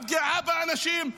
הפגיעה באנשים,